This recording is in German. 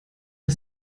ihr